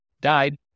died